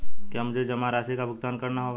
क्या मुझे जमा राशि का भुगतान करना होगा?